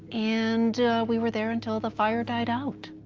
and we were there until the fire died out.